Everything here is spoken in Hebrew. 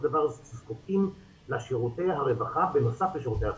דבר זקוקות לשירותי הרווחה בנוסף לשירותי החינוך.